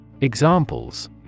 Examples